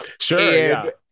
Sure